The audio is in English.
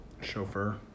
Chauffeur